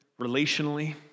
relationally